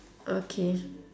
okay